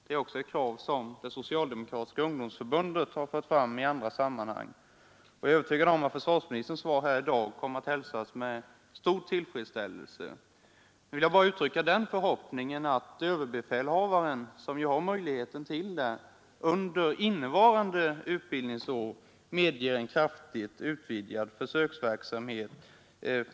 Det är också ett krav som det socialdemokratiska ungdomsförbundet har fört fram i andra sammanhang. Jag är övertygad om att försvarsministerns svar i dag kommer att hälsas med stor tillfredsställelse. Nu vill jag bara uttrycka den förhoppningen att överbefälhavaren, som ju har möjlighet till det, under innevarande utbildningsår medger en kraftigt utvidgad försöksverksamhet.